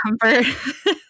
comfort